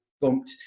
bumped